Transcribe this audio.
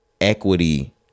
equity